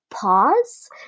pause